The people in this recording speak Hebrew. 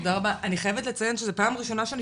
תודה רבה אני חייבת לציין שזו פעם ראשונה שאני